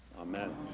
Amen